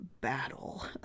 battle